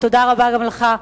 ותודה רבה גם לך,